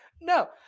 no